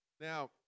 Now